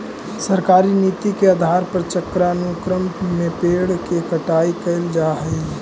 सरकारी नीति के आधार पर चक्रानुक्रम में पेड़ के कटाई कैल जा हई